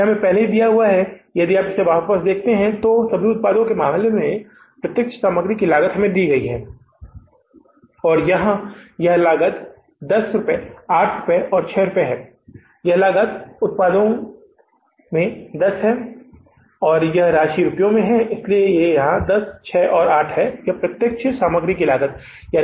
यह पहले से ही हमें दिया गया है यदि आप यहाँ वापस देखते हैं तो सभी उत्पादों के मामले में प्रत्यक्ष सामग्री की लागत हमें दी जाती है और यह लागत 10 6 और 8 रुपये है यह लागत उत्पादों में 10 है और यह राशि रुपये में है इसलिए यह 10 6 और 8 रुपये है यह प्रत्यक्ष सामग्री लागत है